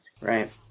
Right